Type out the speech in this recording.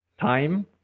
time